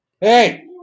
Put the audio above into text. Hey